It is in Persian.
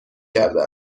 کرده